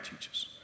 teaches